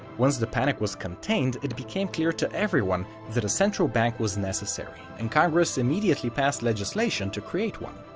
once the panic was contained, it became clear to everyone that a central bank was necessary and congress immediately passed legislation to create one.